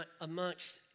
amongst